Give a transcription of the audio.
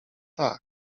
tak